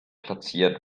platziert